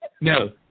No